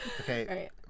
Okay